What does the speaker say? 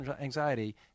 anxiety